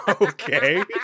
Okay